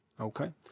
okay